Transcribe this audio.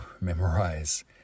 memorize